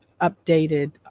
updated